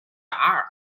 arm